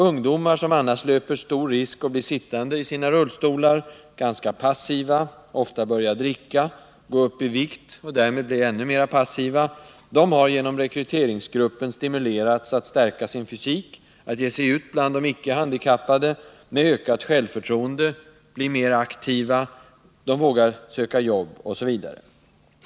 Ungdomar som annars löper stor risk för att bli sittande i sina rullstolar ganska passiva, att börja dricka, gå upp i vikt och därmed bli ännu mer passiva, har genom rekryteringsgruppen stimulerats att stärka sin fysik, att ge sig ut bland icke-handikappade med ökat självförtroende. De blir mer aktiva, de vågar söka jobb osv.